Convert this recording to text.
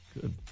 Good